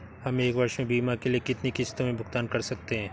हम एक वर्ष में बीमा के लिए कितनी किश्तों में भुगतान कर सकते हैं?